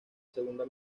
segunda